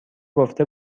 گفته